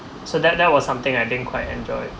so that that was something I didn't quite enjoy